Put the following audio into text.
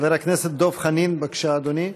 חבר הכנסת דב חנין, בבקשה, אדוני.